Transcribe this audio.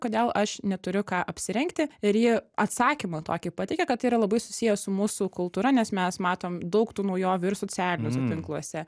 kodėl aš neturiu ką apsirengti ir ji atsakymą tokį pateikia kad tai yra labai susiję su mūsų kultūra nes mes matom daug tų naujovių ir socialiniuose tinkluose